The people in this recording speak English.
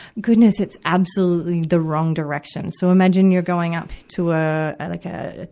goodness, it's absolutely the wrong direction. so imagine you're going up to, a like a,